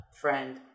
friend